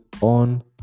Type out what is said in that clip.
on